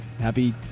happy